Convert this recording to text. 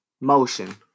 motion